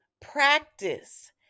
practice